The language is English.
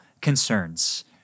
concerns